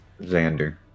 Xander